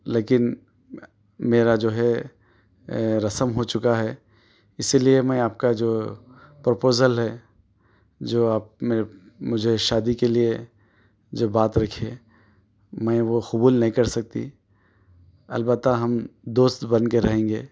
لیکن میرا جو ہے رسم ہو چکا ہے اسی لئے میں آپ کا جو پروپوزل ہے جو آپ میر مجھے شادی کے لیے جو بات رکھے میں وہ قبول نہیں کر سکتی البتہ ہم دوست بن کے رہیں گے